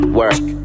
work